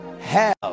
hell